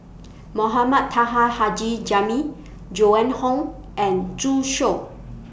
Mohamed Taha Haji Jamil Joan Hon and Zhu Xiu